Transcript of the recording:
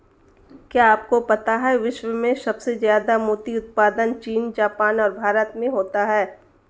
क्या आपको पता है विश्व में सबसे ज्यादा मोती उत्पादन चीन, जापान और भारत में होता है?